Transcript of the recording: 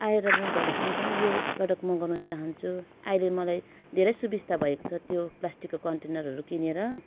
आएर भविष्यमा पनि यो प्रडक्ट मगाउन चाहन्छु अहिले मलाई धेरै सुबिस्ता भएको छ त्यो प्लास्टिकको कन्टेनरहरू किनेर